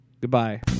Goodbye